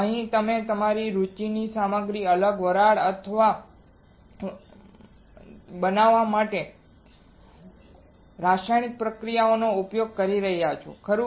અહીં તમે તમારી રુચિની સામગ્રીની અલગ વરાળ બનાવવા માટે રાસાયણિક પ્રતિક્રિયાઓનો ઉપયોગ કરી રહ્યા છો ખરું